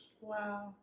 Wow